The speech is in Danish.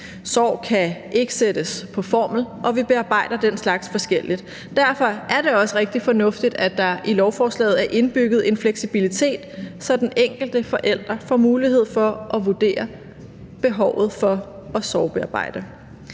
Sorg kan ikke sættes på formel, og vi bearbejder den slags forskelligt. Derfor er det også rigtig fornuftigt, at der i lovforslaget er indbygget en fleksibilitet, så den enkelte forælder får mulighed for at vurdere behovet for at sorgbearbejde.